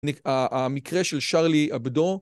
המקרה של שרלי אבדור